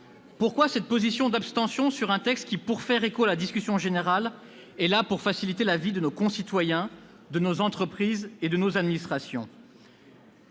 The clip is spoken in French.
Pourquoi cette position d'abstention sur un texte qui, pour faire écho à la discussion générale, vise à faciliter la vie de nos concitoyens, de nos entreprises et de nos administrations ?